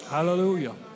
Hallelujah